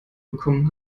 bekommen